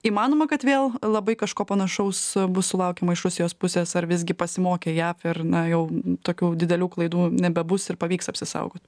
įmanoma kad vėl labai kažko panašaus bus sulaukiama iš rusijos pusės ar visgi pasimokė jav ir na jau tokių didelių klaidų nebebus ir pavyks apsisaugot